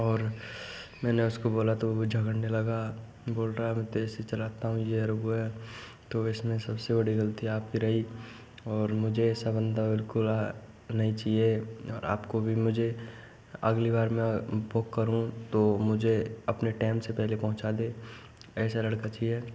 और मैंने उसको बोला तो वो झगड़ने लगा फिर बोल रहा है मैं तो ऐसे चलाता हूँ ये है और वो है तो इसमें सबसे बड़ी गलती आपकी रही और मुझे ऐसा बंदा बिल्कल नहीं चाहिए और आपको भी मुझे अगली बार मैं बुक करूँ तो मुझे अपने टैम से पहले पहुँचा दे ऐसा लड़का चाहिए